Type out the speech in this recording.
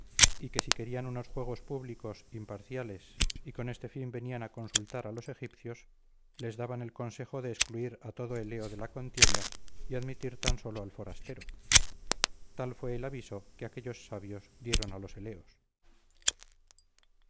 y que si querían unos juegos públicos imparciales y con este fin venían a consultar a los egipcios les daban el consejo de excluir a todo eleo de la contienda y admitir tan solo al forastero tal fue el aviso que aquellos sabios dieron a los eleos